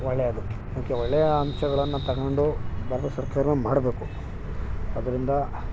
ಒಳ್ಳೆಯದು ಓಕೆ ಒಳ್ಳೆಯ ಅಂಶಗಳನ್ನು ತಗೊಂಡು ಭಾರತ ಸರ್ಕಾರ ಮಾಡಬೇಕು ಅದರಿಂದ